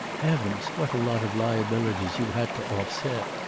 heavens, what a lot of liabilities you had to off-set!